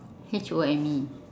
H O M E